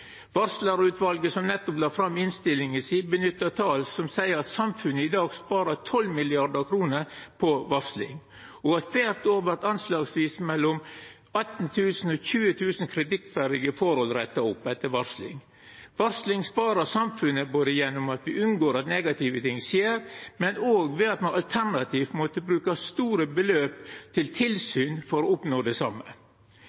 som nettopp la fram innstillinga si, nyttar tal som seier at samfunnet i dag sparar 12 mrd. kr på varsling, og at kvart år vert anslagsvis 18 000–20 000 kritikkverdige forhold retta opp etter varsling. Varsling sparar samfunnet, både gjennom at me unngår at negative ting skjer, og gjennom det at ein alternativt må bruka store beløp